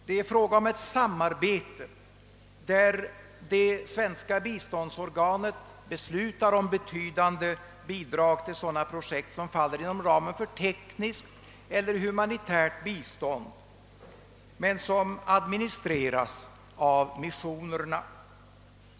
Det är fråga om ett samarbete, där det svenska biståndsorganet beslutar om betydande bidrag till sådana projekt som faller inom ramen för tekniskt eller humanitärt bistånd men som administreras av missionen.